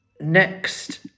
Next